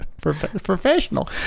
professional